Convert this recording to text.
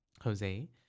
Jose